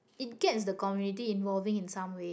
it gets the community involving in some way